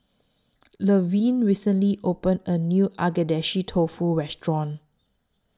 Levern recently opened A New Agedashi Dofu Restaurant